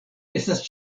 estas